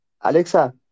Alexa